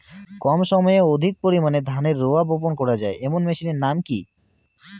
কম সময়ে অধিক পরিমাণে ধানের রোয়া বপন করা য়ায় এমন মেশিনের নাম কি?